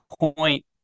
point